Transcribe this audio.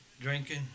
drinking